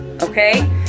okay